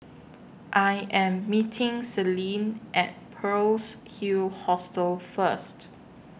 I Am meeting Celine At Pearl's Hill Hostel First